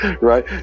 right